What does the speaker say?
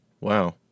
Wow